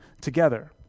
together